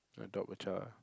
I adopt a child